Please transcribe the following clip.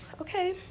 okay